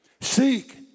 Seek